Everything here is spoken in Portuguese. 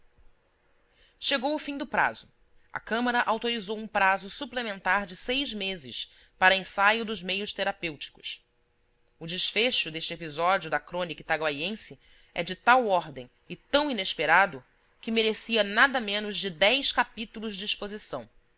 chegou o fim do prazo a câmara autorizou um prazo suplementar de seis meses para ensaio dos meios terapêuticos o desfecho deste episódio da crônica itaguaiense é de tal ordem e tão inesperado que merecia nada menos de dez capítulos de exposição